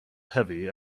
heavy